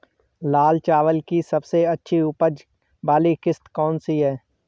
लाल चावल की सबसे अच्छी उपज वाली किश्त कौन सी है?